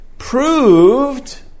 Proved